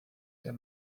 der